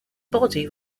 body